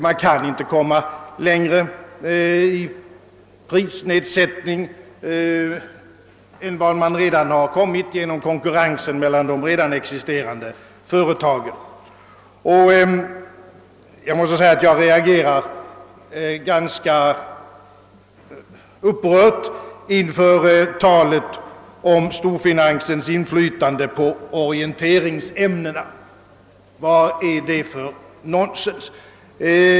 Man kan inte komma längre i fråga om prisnedsättning än man redan gjort till följd av konkurrensen mellan de redan existerande företagen. Jag reagerar starkt mot talet om storfinansens inflytande på orienteringsämnena. Vad är det för nonsens?